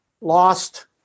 lost